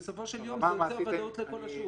בסופו של יום, זה יוצר ודאות לכל השוק.